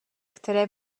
které